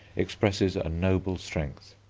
expresses a noble strength.